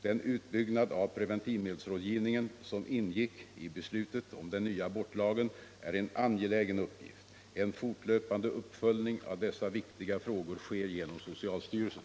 Den utbyggnad av preventivmedelsrådgivningen som ingick i beslutet om den nya abortlagen är en angelägen uppgift. En fortlöpande uppföljning av dessa viktiga frågor sker genom socialstyrelsen.